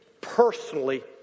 personally